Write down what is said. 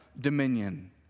dominion